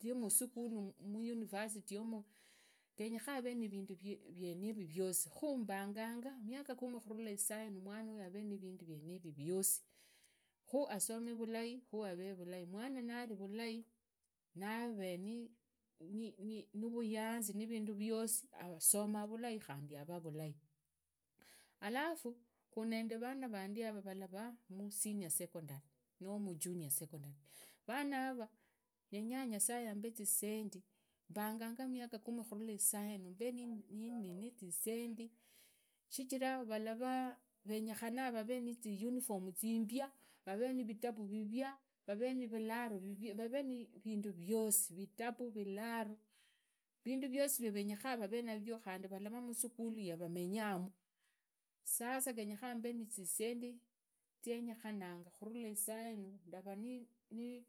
zimusukhulu muyuniversity yomo genyekhana haveee na vindu vyenevi viosi, khu mbanganga mwanuyu haveee navindu yivi viosi khu hasome vulai, avee vulai mwana navee vulai, navee ni ni nuruyanzi nivindu viosi, husoma vulai, khundi havaa vulai. Alafu khunende vana vandi yava musenior secondary noo mujunior secondary vanava ndenya nyasaye ambe zisendi mbanganga miaka kumi khurula isainu mbe nindi nizisendi shichira valavaa vionyekhana vane niziyuniform zimbia vavee nivitabu vivia vavee ninivale vivia, vave ninndu viosi, vitabu vilaro vindu viosi vavenyekhana vavee navyo valava musukhulu yavamenyamu. Sasa genyekhana mbe nizisendi zienyekhananga khurula isainu ndarani ni.